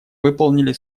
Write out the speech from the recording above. выполнили